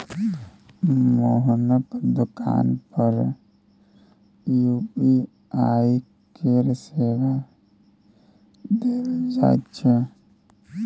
मोहनक दोकान पर यू.पी.आई केर सेवा देल जाइत छै